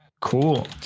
Cool